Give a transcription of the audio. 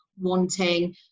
wanting